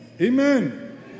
Amen